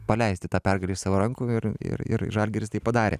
paleisti tą pergalę iš savo rankų ir ir ir žalgiris tai padarė